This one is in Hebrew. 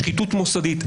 שחיתות מוסדית.